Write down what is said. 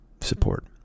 support